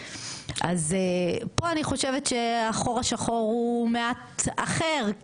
אז פה אני חושבת שהחור השחור הוא מעט אחר,